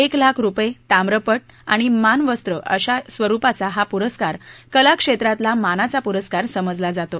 एक लाख रुपये ताम्रपट आणि मानवस्त्र अशा स्वरुपाचा हा पुरस्कार कला क्षेत्रातला मानाचा पुरस्कार समजला जातो